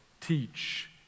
teach